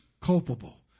culpable